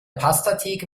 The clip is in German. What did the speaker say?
pastatheke